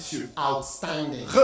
Outstanding